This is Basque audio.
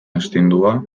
astindua